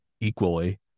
equally